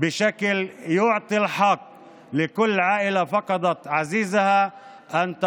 באופן שייתן את הזכות לכל משפחה שאיבדה את היקר